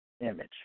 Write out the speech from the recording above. image